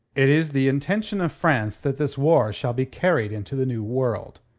it is the intention of france that this war shall be carried into the new world.